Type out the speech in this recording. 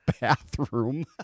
bathroom